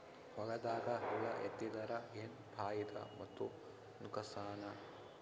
ಹೊಲದಾಗ ಹುಳ ಎತ್ತಿದರ ಏನ್ ಫಾಯಿದಾ ಮತ್ತು ನುಕಸಾನ?